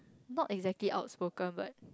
not exactly outspoken but